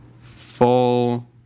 Full